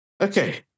Okay